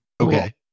okay